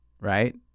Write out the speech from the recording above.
right